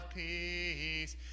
peace